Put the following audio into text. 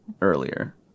earlier